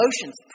emotions